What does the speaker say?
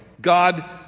God